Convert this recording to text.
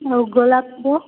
ଆଉ ଗୋଲାପ